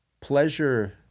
Pleasure